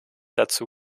dazu